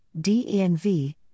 DENV